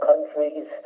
Countries